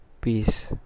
peace